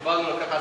קיבלנו לכך הסכמה,